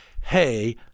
hey